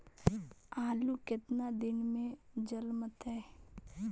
आलू केतना दिन में जलमतइ?